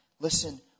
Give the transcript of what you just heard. Listen